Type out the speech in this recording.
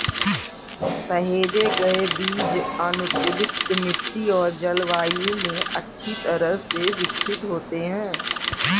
सहेजे गए बीज अनुकूलित मिट्टी और जलवायु में अच्छी तरह से विकसित होते हैं